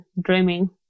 dreaming